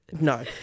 no